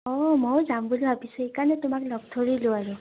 অঁ ময়ো যাম বুলি ভাবিছোঁ সেইকাৰণে তোমাক লগ ধৰিলোঁ আৰু